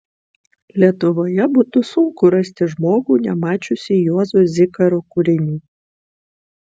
lietuvoje būtų sunku rasti žmogų nemačiusį juozo zikaro kūrinių